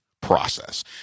process